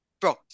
Bro